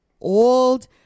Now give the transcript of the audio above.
old